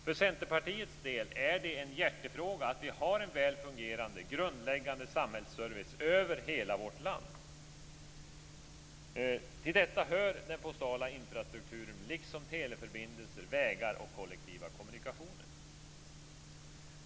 För Centerpartiets del är det en hjärtefråga att vi har en väl fungerande grundläggande samhällsservice över hela vårt land. Till detta hör den postala infrastrukturen, liksom teleförbindelser, vägar och kollektiva kommunikationer.